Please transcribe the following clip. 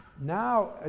Now